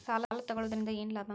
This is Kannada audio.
ಸಾಲ ತಗೊಳ್ಳುವುದರಿಂದ ಏನ್ ಲಾಭ?